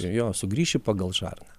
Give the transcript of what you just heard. jo sugrįši pagal žarną